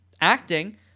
acting